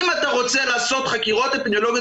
אם אתה רוצה לעשות חקירות אפידמיולוגיות